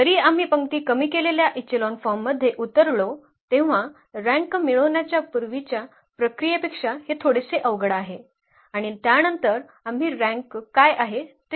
जरी आम्ही पंक्ती कमी केलेल्या इचेलॉन फॉर्ममध्ये उतरलो तेव्हा रँक मिळवण्याच्या पूर्वीच्या प्रक्रियेपेक्षा हे थोडेसे अवघड आहे आणि त्यानंतर आम्ही रँक काय आहे ते सहज ओळखू शकतो